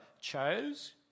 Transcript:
chose